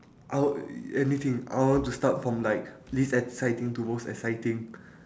I'll anything I want to start from like least exciting to most exciting